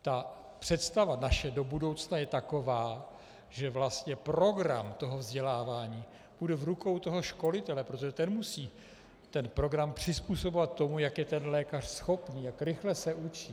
Naše představa do budoucna je taková, že vlastně program vzdělávání bude v rukou školitele, protože ten musí program přizpůsobovat tomu, jak je ten lékař schopný, jak rychle se učí.